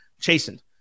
chastened